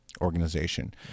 organization